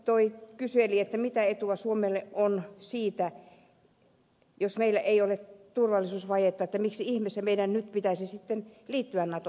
karjula kyseli mitä etua suomelle on nato jäsenyydestä jos meillä ei ole turvallisuusvajetta ja miksi ihmeessä meidän nyt pitäisi liittyä natoon